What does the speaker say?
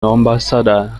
ambassador